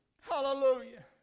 Hallelujah